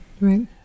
right